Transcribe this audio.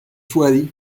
sweaty